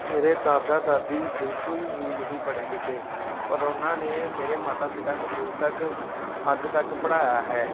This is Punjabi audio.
ਮੇਰੇ ਦਾਦਾ ਦਾਦੀ ਬਿਲਕੁਲ ਵੀ ਨਹੀਂ ਪੜ੍ਹੇ ਲਿਖੇ ਔਰ ਉਹਨਾਂ ਨੇ ਮੇਰੇ ਮਾਤਾ ਪਿਤਾ ਨੂੰ ਕੁਝ ਤੱਕ ਹੱਦ ਤੱਕ ਪੜ੍ਹਾਇਆ ਹੈ